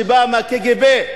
שבאה מהקג"ב.